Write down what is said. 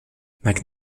mac